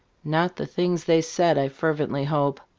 not the things they said, i fervently hope.